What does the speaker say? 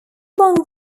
bong